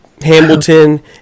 Hamilton